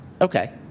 okay